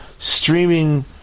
streaming